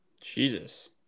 Jesus